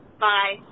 Bye